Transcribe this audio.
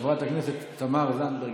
חברת הכנסת תמר זנדברג,